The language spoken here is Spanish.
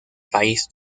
país